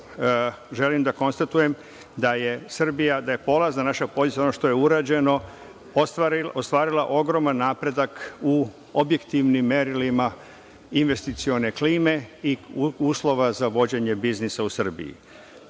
želim da konstatujem da je Srbija, da je polazna naša pozicija, ono što je urađeno, ostvarila ogroman napredak u objektivnim merilima investicione klime i uslova za vođenje biznisa u Srbiji.